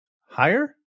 higher